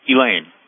Elaine